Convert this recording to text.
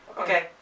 Okay